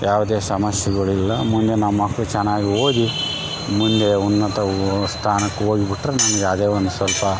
ಯಾವುದೇ ಸಮಸ್ಯೆಗಳು ಇಲ್ಲ ಮುಂದೆ ನಮ್ಮ ಮಕ್ಳು ಚೆನ್ನಾಗಿ ಓದಿ ಮುಂದೆ ಉನ್ನತ ಓ ಸ್ಥಾನಕ್ಕೆ ಹೋಗಿಬಿಟ್ರೆ ನಮಗೆ ಅದೇ ಒಂದು ಸ್ವಲ್ಪ